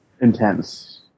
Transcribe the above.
intense